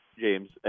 James